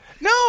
No